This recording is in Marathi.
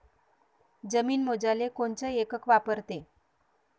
जमीन मोजाले कोनचं एकक वापरते?